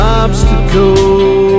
obstacle